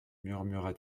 murmura